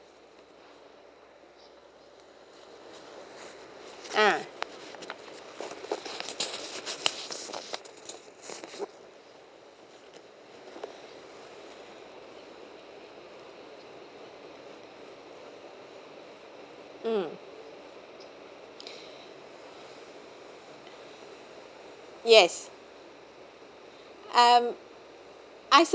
ah mm yes um I